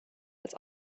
als